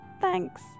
Thanks